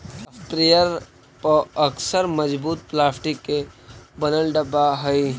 sprayer पअक्सर मजबूत plastic के बनल डब्बा हई